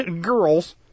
girls